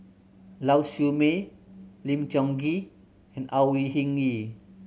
Lau Siew Mei Lim Tiong Ghee and Au Hing Yee